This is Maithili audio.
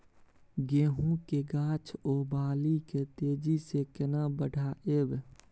गेहूं के गाछ ओ बाली के तेजी से केना बढ़ाइब?